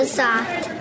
soft